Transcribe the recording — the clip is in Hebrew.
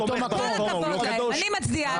כל הכבוד להם, אני מצדיעה להם.